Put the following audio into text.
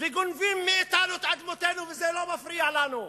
וגונבים מאתנו את אדמותינו וזה לא מפריע לנו.